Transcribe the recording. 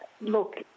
look